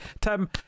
tim